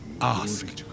Ask